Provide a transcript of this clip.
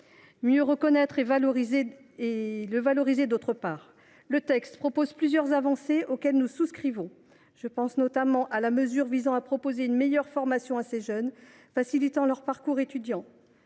mieux le reconnaître et le valoriser, le texte contient plusieurs avancées auxquelles nous souscrivons. Je pense notamment à la mesure visant à proposer une meilleure formation et à faciliter le parcours étudiant